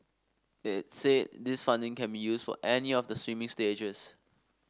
it said this funding can be used for any of the swimming stages